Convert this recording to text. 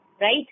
Right